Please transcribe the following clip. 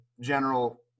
general